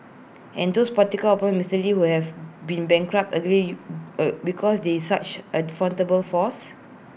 and those political opponents Mister lee who have been bankrupted allegedly because they such at formidable foes